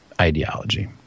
ideology